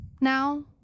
now